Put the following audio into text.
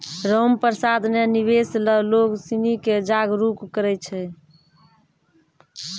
रामप्रसाद ने निवेश ल लोग सिनी के जागरूक करय छै